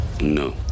no